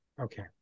Okay